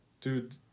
dude